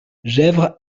gesvres